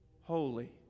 holy